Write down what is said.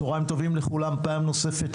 צוהריים טובים לכולם פעם נוספת.